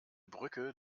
brücke